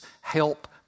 help